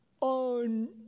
on